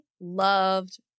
loved